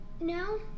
No